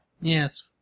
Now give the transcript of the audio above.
Yes